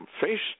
face